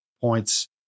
points